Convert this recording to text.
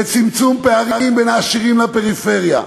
לצמצום פערים בין העשירים לפריפריה,